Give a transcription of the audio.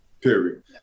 period